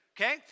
okay